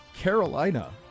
Carolina